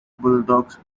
bulldogs